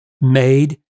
made